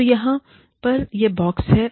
तो यह यहाँ पर यह बॉक्स है